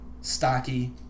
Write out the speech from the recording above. stocky